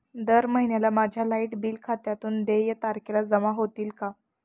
दर महिन्याला माझ्या लाइट बिल खात्यातून देय तारखेला जमा होतील का?